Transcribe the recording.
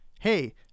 hey